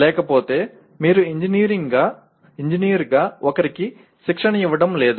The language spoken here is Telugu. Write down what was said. లేకపోతే మీరు ఇంజనీర్గా ఒకరికి శిక్షణ ఇవ్వడం లేదు